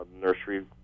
nursery